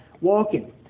walking